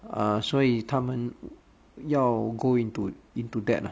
ah 所以他们要 go into deep to that ah